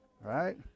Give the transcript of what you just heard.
Right